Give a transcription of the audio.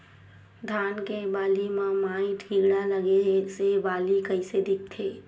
धान के बालि म माईट कीड़ा लगे से बालि कइसे दिखथे?